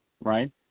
Right